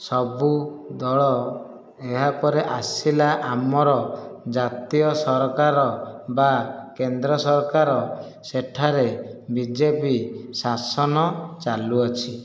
ସବୁ ଦଳ ଏହାପରେ ଆସିଲା ଆମର ଜାତୀୟ ସରକାର ବା କେନ୍ଦ୍ର ସରକାର ସେଠାରେ ବିଜେପି ଶାସନ ଚାଲୁଅଛି